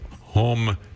home